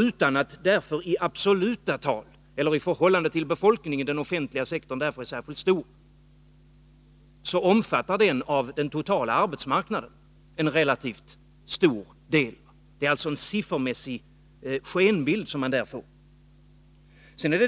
Utan att i absoluta tal eller i förhållande till befolkningen vara särskilt stor, omfattar den offentliga sektorn en relativt betydande del av den totala arbetsmarknaden. Det är alltså en siffermässig skenbild som man får.